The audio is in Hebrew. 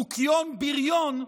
מוקיון-בריון,